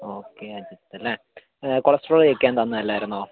okay Ajith അല്ലേ Ajith cholesterol check ചെയ്യാൻ തന്നതല്ലായിരുന്നോ